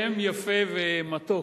שם יפה ומתוק